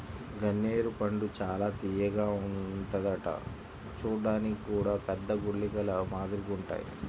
గన్నేరు పండు చానా తియ్యగా ఉంటదంట చూడ్డానికి గూడా పెద్ద గుళికల మాదిరిగుంటాయ్